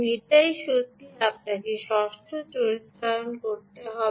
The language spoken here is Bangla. এটাই সত্য আপনাকে ষষ্ঠ চরিত্রায়ন করতে হবে